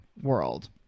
world